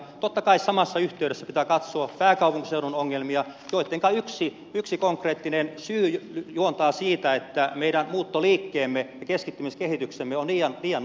totta kai samassa yhteydessä pitää katsoa pääkaupunkiseudun ongelmia joittenka yksi konkreettinen syy juontaa siitä että meidän muuttoliikkeemme ja keskittymiskehityksemme on liian nopea